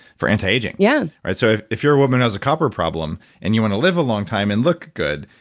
for anti-aging yeah right, so if if you're a woman who has a copper problem, and you want to live a long time, and look good,